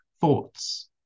Thoughts